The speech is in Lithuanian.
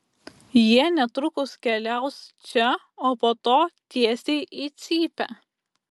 jie netrukus keliaus čia o po to tiesiai į cypę